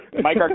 Mike